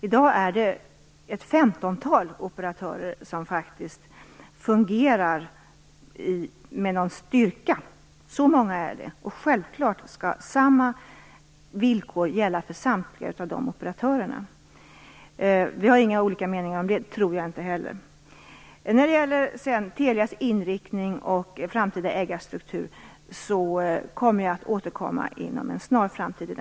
I dag är det ett femtontal operatörer som faktiskt fungerar med någon styrka. Så många är det. Självklart skall samma villkor gälla för samtliga av de operatörerna. Vi har inga olika meningar om det, det tror jag inte heller. När det gäller frågan om Telias inriktning och framtida ägarstuktur, kommer jag att återkomma inom en snar framtid.